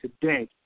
today